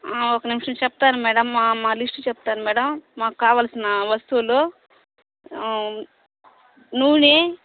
ఒక నిమిషం చెప్తాను మేడం మా మా లిస్టు చెప్తాను మేడం మాకు కావాల్సిన వస్తువులు నూనె